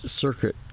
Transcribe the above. Circuit